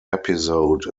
episode